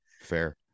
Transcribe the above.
Fair